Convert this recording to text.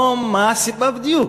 או מה הסיבה בדיוק?